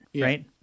right